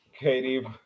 Katie